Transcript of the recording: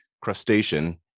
crustacean